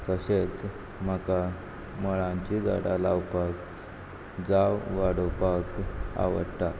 तशेंच म्हाका मळांचेर झाडां लावपाक जावं वाडोवपाक आवडटा